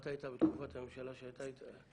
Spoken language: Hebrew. שההחלטה הייתה בתקופת הממשלה שאתה היית,